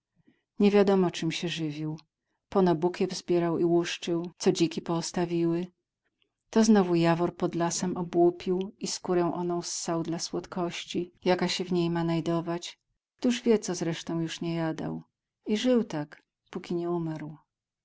palili niewiadomo czem się żywił pono bukiew zbierał i łuszczył co dziki poostawiły to znowu jawór pod lasem obłupił i skórę oną ssał dla słodkości jaka się w niej ma najdować któż wie co zresztą już nie jadał i żył tak póki nie umarł